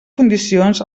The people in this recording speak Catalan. condicions